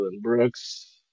Brooks